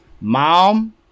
Mom